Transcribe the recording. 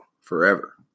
forever